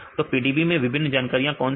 तो PDB मैं विभिन्न जानकारियां कौन सी है